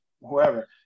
whoever